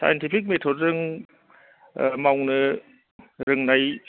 scientific मेथदजों मावनो रोंनाय